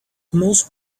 most